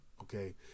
okay